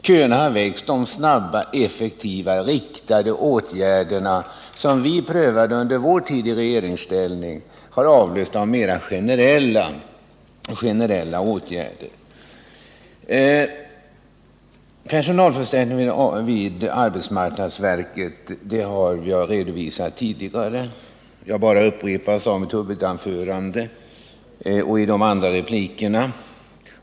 Köerna har växt, och de snabba och effektiva riktade åtgärder som vi prövade under vår tid i regeringsställning har avlösts av mera generella åtgärder. Frågan om en personalförstärkning vid arbetsmarknadsverket har jag tidigare redovisat. Jag hänvisar bara till vad jag sagt i mitt huvudanförande och i de efterföljande replikerna.